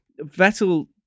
Vettel